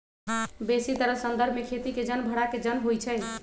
बेशीतर संदर्भ में खेती के जन भड़ा के जन होइ छइ